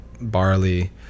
barley